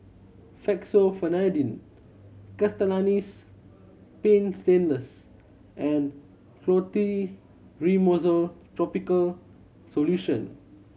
Fexofenadine Castellani's Paint Stainless and Clotrimozole Topical Solution